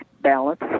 balance